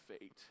fate